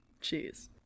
cheese